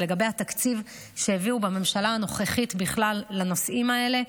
ולגבי התקציב שהביאו בממשלה הנוכחית בכלל לנושאים האלה,